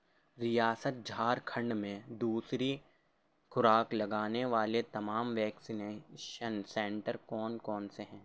ریاست جھارکھنڈ میں دوسری خوراک لگانے والے تمام ویکسینیشن سنٹر کون کون سے ہیں